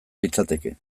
litzateke